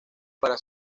para